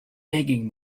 begging